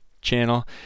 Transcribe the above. channel